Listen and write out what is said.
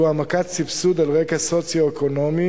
והוא העמקת סבסוד על רקע סוציו-אקונומי,